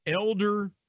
elder